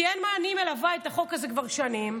כי אני מלווה את החוק הזה כבר שנים.